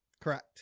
Correct